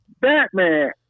Batman